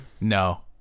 No